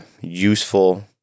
useful